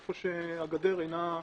איפה שהגדר אינה...